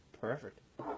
Perfect